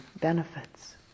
benefits